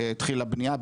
התחיל הבנייה,